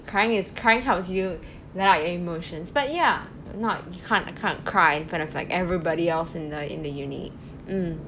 crying is crying helps you let out your emotions but yeah not you can't I can't cry in front of like everybody else in the in the uni mm